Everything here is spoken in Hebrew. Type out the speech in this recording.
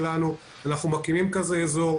אנחנו מקימים כזה אזור,